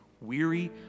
weary